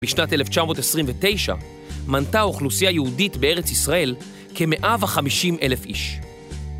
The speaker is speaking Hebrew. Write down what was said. בשנת 1929 מנתה האוכלוסייה היהודית בארץ ישראל כ-150 אלף איש.